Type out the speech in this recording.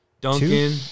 Duncan